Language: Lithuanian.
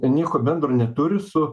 nieko bendro neturi su